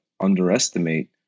underestimate